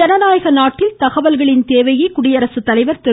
ஜனநாயக நாட்டில் தகவல்களின் தேவையை குடியரசுத் தலைவர் திரு